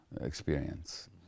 experience